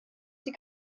sie